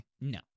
No